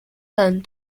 done